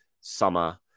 summer